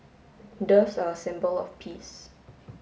doves are a symbol of peace